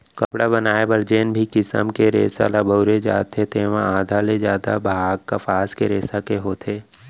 कपड़ा बनाए बर जेन भी किसम के रेसा ल बउरे जाथे तेमा आधा ले जादा भाग कपसा के रेसा के होथे